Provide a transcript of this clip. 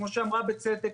כמו שאמרה בצדק,